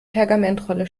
pergamentrolle